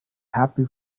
happy